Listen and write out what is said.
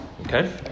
Okay